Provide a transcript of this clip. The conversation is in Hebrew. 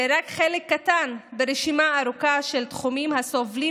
זה רק חלק קטן ברשימה ארוכה של תחומים הסובלים